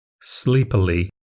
Sleepily